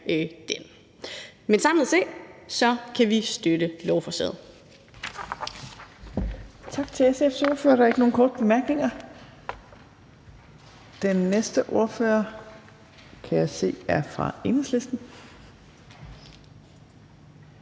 Man samlet set kan vi støtte lovforslaget.